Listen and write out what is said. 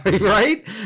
Right